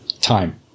time